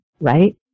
right